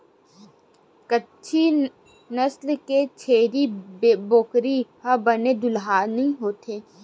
कच्छी नसल के छेरी बोकरा ह बने दुहानी होथे